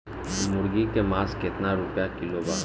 मुर्गी के मांस केतना रुपया किलो बा?